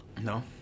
No